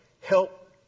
help